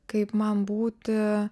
kaip man būti